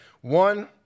one